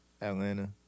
Atlanta